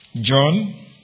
John